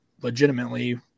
legitimately